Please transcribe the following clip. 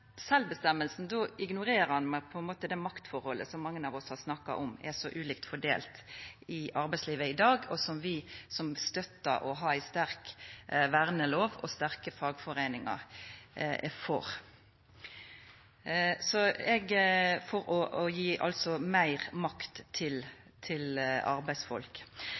for då ignorerer ein på ein måte det maktforholdet som mange av oss har snakka om er så ulikt fordelt i arbeidslivet i dag, og som vi som støttar det å ha ei sterk vernelov og sterke fagforeiningar, er for – altså for å gje meir makt til arbeidsfolk.